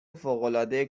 فوقالعاده